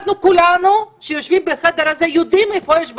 אנחנו כולנו שיושבים בחדר הזה יודעים איפה יש בעיות.